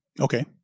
Okay